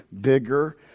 bigger